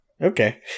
Okay